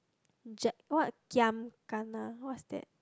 ji~ what kiam kana what's that